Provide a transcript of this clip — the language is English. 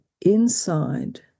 inside